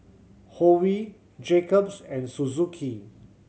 Hoyu Jacob's and Suzuki